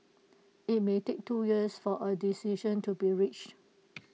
IT may take two years for A decision to be reached